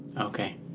Okay